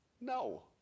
No